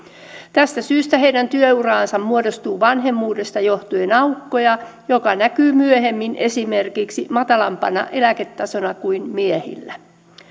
tästä syystä heidän työuraansa muodostuu vanhemmuudesta johtuen aukkoja mikä näkyy myöhemmin esimerkiksi matalampana eläketasona kuin miehillä